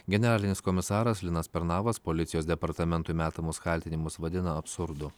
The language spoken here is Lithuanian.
generalinis komisaras linas pernavas policijos departamentui metamus kaltinimus vadina absurdu